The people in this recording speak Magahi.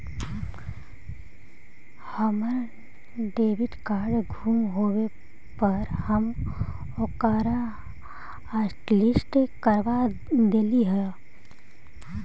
हमर डेबिट कार्ड गुम होवे पर हम ओकरा हॉटलिस्ट करवा देली हल